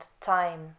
time